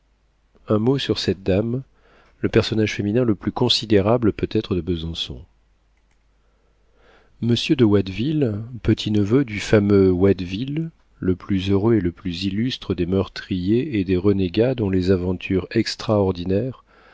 un mot sur cette dame le personnage féminin le plus considérable peut-être de besançon monsieur de watteville petit-neveu du fameux watteville le plus heureux et le plus illustre des meurtriers et des renégats dont les aventures extraordinaires